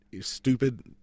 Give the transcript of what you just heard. stupid